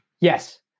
Yes